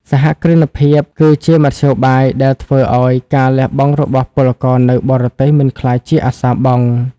សហគ្រិនភាពគឺជា "មធ្យោបាយ" ដែលធ្វើឱ្យការលះបង់របស់ពលករនៅបរទេសមិនក្លាយជាអសារបង់។